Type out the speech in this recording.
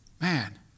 Man